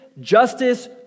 justice